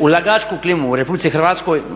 Ulagačku klimu u RH